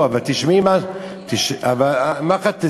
לא, אבל תשמעי מה, היא לא הכריחה אותו לאכול.